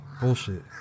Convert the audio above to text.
bullshit